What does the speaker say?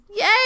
yay